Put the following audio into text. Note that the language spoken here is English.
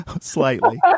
slightly